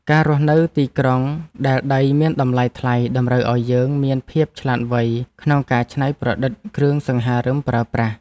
ការរស់នៅក្នុងទីក្រុងដែលដីមានតម្លៃថ្លៃតម្រូវឱ្យយើងមានភាពឆ្លាតវៃក្នុងការច្នៃប្រឌិតគ្រឿងសង្ហារិមប្រើប្រាស់។